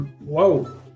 whoa